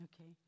Okay